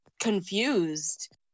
confused